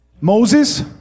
Moses